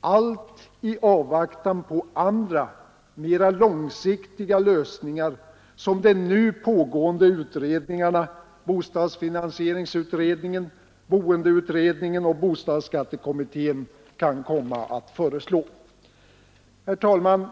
allt i avvaktan på andra, mera långsiktiga lösningar, som de pågående utredningarna, bostadsfinansieringsutredningen, boendeutredningen och bostadsskattekommittén, kan komma att föreslå. Herr talman!